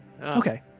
Okay